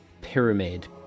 pyramid